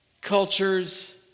cultures